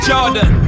Jordan